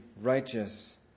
righteous